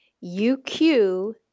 U-Q